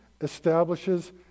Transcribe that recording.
establishes